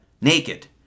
naked